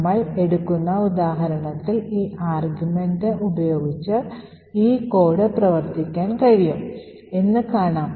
നമ്മൾ എടുക്കുന്ന ഉദാഹരണത്തിൽ ഈ ആർഗ്യുമെന്റ് ഉപയോഗിച്ച് ഈ കോഡ് പ്രവർത്തിപ്പിക്കാൻ കഴിയും എന്ന് കാണാം